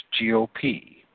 GOP